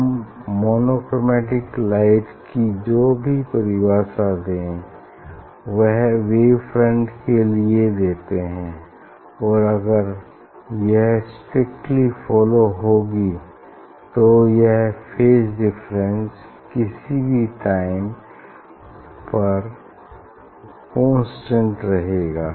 हम monochromatic light की जो भी परिभाषा दें हम वेव फ्रंट के लिए देते हैं और अगर यह स्ट्रिक्टली फॉलो होगी तो यह फेज डिफ़्फरेंस किसी भी टाइम पर कांस्टेंट रहेगा